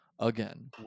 Again